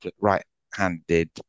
right-handed